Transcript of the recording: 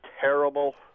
terrible